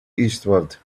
eastward